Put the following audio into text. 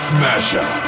Smasher